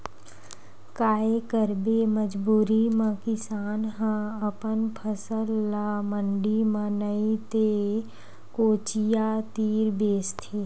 काये करबे मजबूरी म किसान ह अपन फसल ल मंडी म नइ ते कोचिया तीर बेचथे